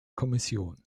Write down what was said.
kommission